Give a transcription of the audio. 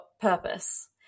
purpose